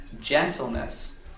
gentleness